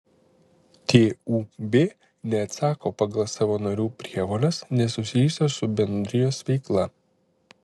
tūb neatsako pagal savo narių prievoles nesusijusias su bendrijos veikla